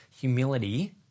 humility